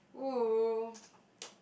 !woo!